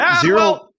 zero